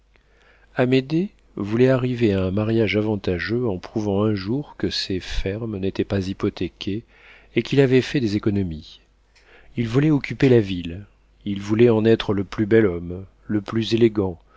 amédée voulait arriver à un mariage avantageux en prouvant un jour que ses fermes n'étaient pas hypothéquées et qu'il avait fait des économies il voulait occuper la ville il voulait en être le plus bel homme le plus élégant